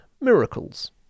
miracles